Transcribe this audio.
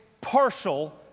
partial